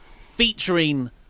featuring